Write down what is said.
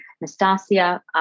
Nastasia